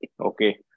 Okay